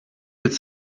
could